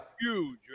huge